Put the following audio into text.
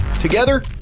Together